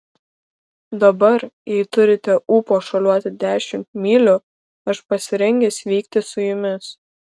dabar jei turite ūpo šuoliuoti dešimt mylių aš pasirengęs vykti su jumis